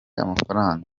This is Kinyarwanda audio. amafaranga